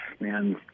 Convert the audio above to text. man